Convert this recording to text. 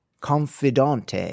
Confidante